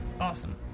awesome